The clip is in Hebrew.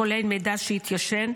כולל מידע שהתיישן,